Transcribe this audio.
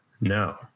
no